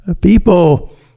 people